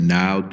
now